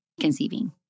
conceiving